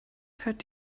fährt